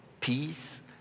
peace